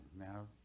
Now